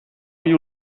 you